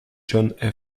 john